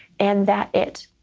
and that it,